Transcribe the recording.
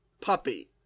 puppy